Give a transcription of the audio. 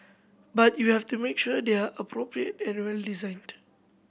but you have to make sure they're appropriate and well designed